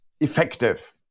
effective